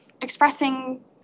expressing